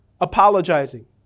apologizing